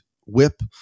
whip